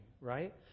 right